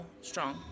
strong